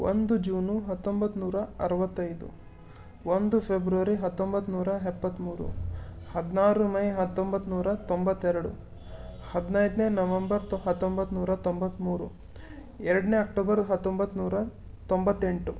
ಒಂದು ಜೂನು ಹತ್ತೊಂಬತ್ತ ನೂರ ಅರುವತ್ತೈದು ಒಂದು ಫೆಬ್ರರಿ ಹತ್ತೊಂಬತ್ತ ನೂರ ಎಪ್ಪತ್ತ್ಮೂರು ಹದಿನಾರು ಮೇ ಹತ್ತೊಂಬತ್ತ ನೂರ ತೊಂಬತ್ತೆರಡು ಹದಿನೈದನೇ ನವಂಬರ್ ತೊ ಹತ್ತೊಂಬತ್ತ ನೂರ ತೊಂಬತ್ತ್ಮೂರು ಎರಡನೇ ಅಕ್ಟೋಬರ್ ಹತ್ತೊಂಬತ್ತ ನೂರ ತೊಂಬತ್ತೆಂಟು